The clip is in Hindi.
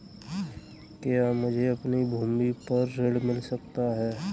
क्या मुझे अपनी भूमि पर ऋण मिल सकता है?